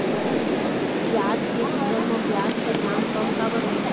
प्याज के सीजन म प्याज के दाम कम काबर बिकेल?